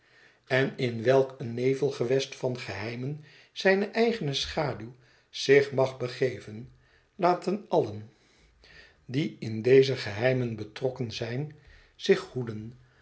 en in welk een nevelgewest van geheimen zijne eigene schaduw zich mag begeven laten allen die in deze geheimen betrokken zijn zich hoeden